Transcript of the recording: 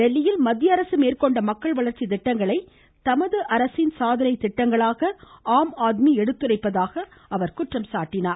தில்லியில் மத்தியஅரசு மேற்கொண்ட மக்கள் வளர்ச்சி திட்டங்களை தமது அரசின் திட்டமாக ஆம் ஆத்மி எடுத்துரைப்பதாக அவர் குற்றம் சாட்டினார்